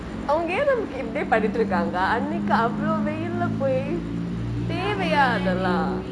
அவங்க ஏ நமக்கு இப்படியே பண்ணிட்டு இருக்காங்கே அன்னிக்கு அவளோ வெயிலே போய் தேவையா அதெல்லா:avangae yean namaku ippadiyae pannitu irukangae anniku avalo veyile poi tevaiyaa athella